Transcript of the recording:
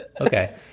Okay